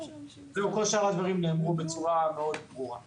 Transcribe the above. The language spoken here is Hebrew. כל שאר הדברים נאמרו בצורה ברורה מאוד.